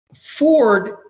Ford